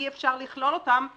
אי-אפשר לכלול אותן בתוספת.